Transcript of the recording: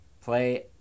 play